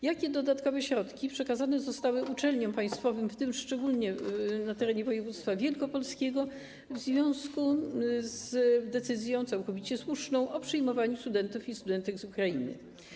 Jakie dodatkowe środki przekazane zostały uczelniom państwowym, w tym szczególnie z terenu województwa wielkopolskiego, w związku z decyzją, całkowicie słuszną, o przyjmowaniu studentów i studentek z Ukrainy?